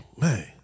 Man